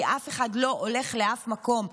כי אף אחד לא הולך לאף מקום.